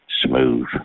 Smooth